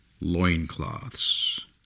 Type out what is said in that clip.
loincloths